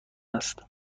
است